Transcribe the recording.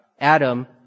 Adam